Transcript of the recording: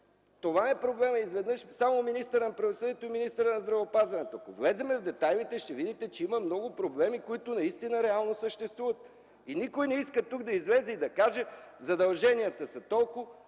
това е проблемът. Изведнъж само министърът на правосъдието и министърът на здравеопазването... Ако влезем в детайлите, ще видим, че има много проблеми, които наистина реално съществуват и никой не иска да излезе тук, да каже, че задълженията са толкова,